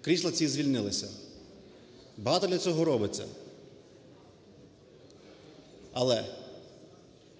крісла ці звільнилися, багато для цього робиться. Але